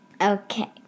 okay